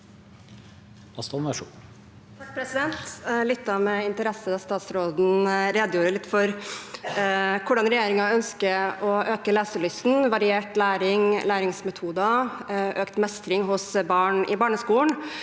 lyttet med in- teresse da statsråden redegjorde litt for hvordan regjeringen ønsker å øke leselysten: variert læring, læringsmetoder og økt mestring hos barn i barneskolen.